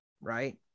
right